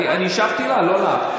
אני השבתי לה, לא לך.